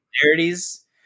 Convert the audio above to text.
similarities